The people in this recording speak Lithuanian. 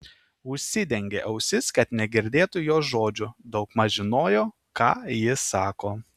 užsidengė ausis kad negirdėtų jos žodžių daugmaž žinojo ką ji sako